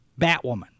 Batwoman